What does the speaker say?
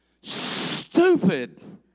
stupid